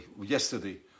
yesterday